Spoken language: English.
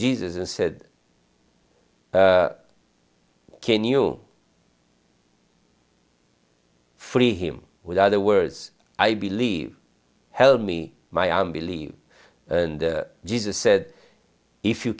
jesus and said can you free him with other words i believe hell me my own believe and jesus said if you